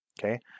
okay